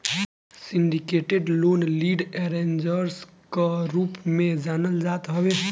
syndicated loan lead arrangers कअ रूप में जानल जात हवे